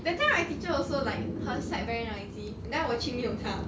that time my teacher also like her side very noisy then 我去 mute 她